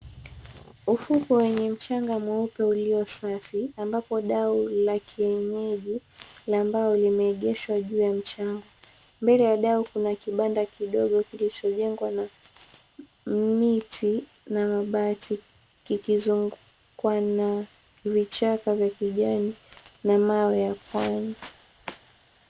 Ufukwe wenye mchanga mweupe ulio safi ambapo dau la kienyeji lile ambalo limeegeshwa juu ya mchanga. Mbele ya dau kuna kibanda kidogo kilichojengwa na miti na mabati kikizungukwa na vichaka vya kijani na mawe ya pwani.